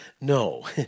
No